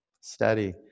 Steady